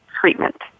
treatment